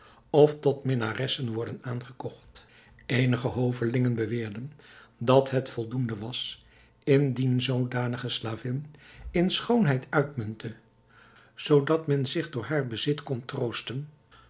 of tot minnaressen worden aangekocht eenige hovelingen beweerden dat het voldoende was indien zoodanige slavin in schoonheid uitmuntte zoodat men zich door haar bezit